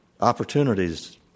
opportunities